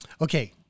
Okay